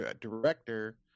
director